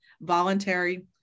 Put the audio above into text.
voluntary